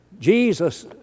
Jesus